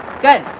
Good